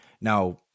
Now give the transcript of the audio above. Now